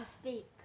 speak